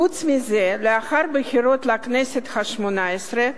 חוץ מזה, לאחר הבחירות לכנסת השמונה-עשרה,